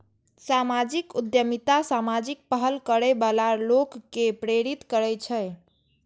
सामाजिक उद्यमिता सामाजिक पहल करै बला लोक कें प्रेरित करै छै